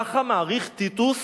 ככה מעריך טיטוס